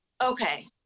Okay